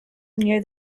near